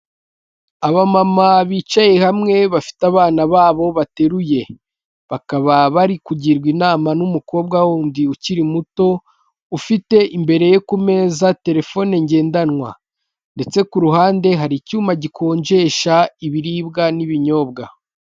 Abamama bicaye hamwe bafite abana babo bateruye, bakaba bari kugirwa inama n'umukobwa wundi ukiri muto ufite imbere ye ku meza telefone ngendanwa, ndetse ku ruhande hari icyuma gikonjesha ibiribwa n'ibinyobwa.